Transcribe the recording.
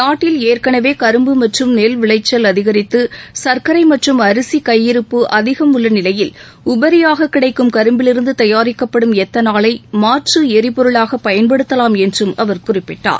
நாட்டில் ஏற்கனவே கரும்பு மற்றும் நெல் விளைச்சல் அதிகரித்து சர்க்கரை மற்றும் அரிசி கையிருப்பு அதிகம் உள்ள நிலையில் உபரியாகக் கிடைக்கும் கரும்பிலிருந்து தயாரிக்கப்படும் எத்தனாலை மாற்று எரிபொருளாகப் பயன்படுத்தலாம் என்றும் அவர் குறிப்பிட்டார்